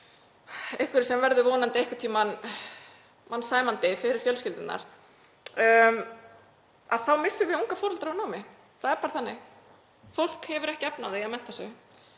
einhverju sem verður vonandi einhvern tímann mannsæmandi fyrir fjölskyldurnar — þá missum við unga foreldra úr námi. Það er bara þannig. Fólk hefur ekki efni á því að mennta sig